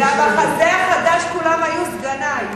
זה המחזה החדש "כולם היו סגני".